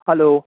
hello